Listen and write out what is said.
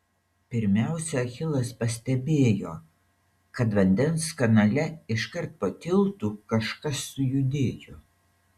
pirmiausia achilas pastebėjo kad vandens kanale iškart po tiltu kažkas sujudėjo